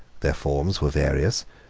their forms were various,